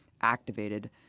activated